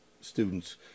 students